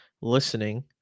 listening